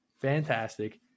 fantastic